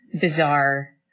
bizarre